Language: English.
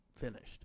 finished